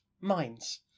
minds